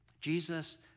Jesus